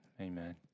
amen